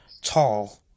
tall